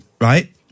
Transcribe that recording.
right